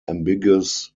ambiguous